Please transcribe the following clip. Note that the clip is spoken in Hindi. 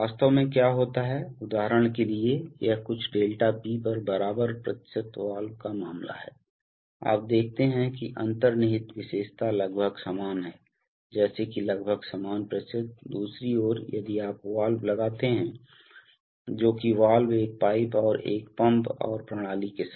वास्तव में क्या होता है उदाहरण के लिए यह कुछ ∆P पर बराबर प्रतिशत वाल्व का मामला है आप देखते हैं कि अंतर्निहित विशेषता लगभग समान है जैसे कि लगभग समान प्रतिशत दूसरी ओर यदि आप वाल्व लगाते हैं जोकि वाल्व एक पाइप और एक पंप और प्रणाली के साथ